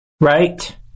Right